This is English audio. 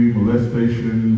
Molestation